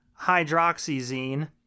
hydroxyzine